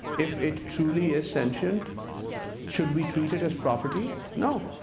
if it truly is sentient should we treat it as property? no.